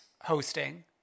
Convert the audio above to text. hosting